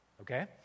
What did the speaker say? Okay